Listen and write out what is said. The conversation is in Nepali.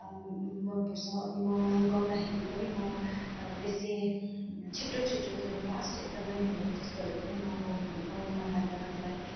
मनपर्छ अनि म गाउँदाखेरि पनि म बेसी छिट्टो छिट्टो त्यो फास्ट एकदमै त्यस्तोहरू पनि म गाउ गाउनु मन लाग्दैन मलाई